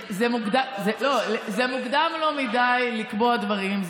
זה מוקדם לו מדי לקבוע דברים,